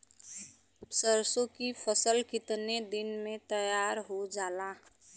सरसों की फसल कितने दिन में तैयार हो जाला?